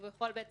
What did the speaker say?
הוא יכול להגיש